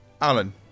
Alan